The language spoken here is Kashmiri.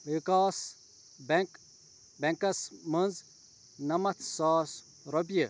وِکاس بیٚنٛک بیٚنٛکَس منٛز نَمَتھ ساس رۄپیہِ